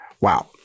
Wow